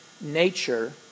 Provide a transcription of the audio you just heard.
nature